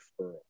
referral